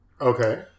Okay